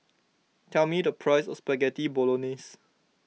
tell me the price of Spaghetti Bolognese